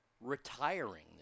retiring